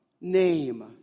name